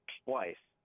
twice